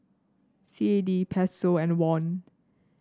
C A D Peso and Won